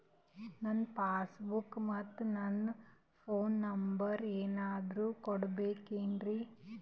ನನ್ನ passbook ಮತ್ ನನ್ನ ಫೋನ್ ನಂಬರ್ ಏನಾದ್ರು ಕೊಡಬೇಕೆನ್ರಿ?